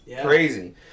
Crazy